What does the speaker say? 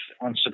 on